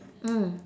mm